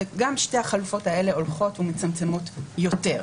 גם שתי החלופות האלה הולכות ומצמצמות יותר,